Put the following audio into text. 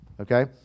Okay